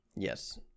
Yes